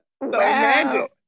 Wow